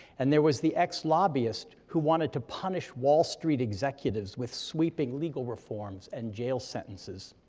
and there was the ex-lobbyist who wanted to punish wall street executives with sweeping legal reforms and jail sentences.